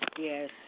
Yes